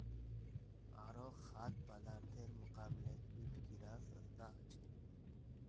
आरो खाद्य पदार्थेर मुकाबले कीट कीडा सस्ता ह छे